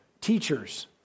teachers